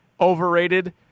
Overrated